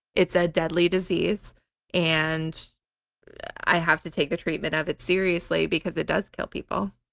it's a deadly disease and i have to take the treatment of it seriously because it does kill people,